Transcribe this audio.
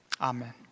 Amen